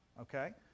Okay